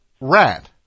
Rat